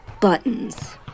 Buttons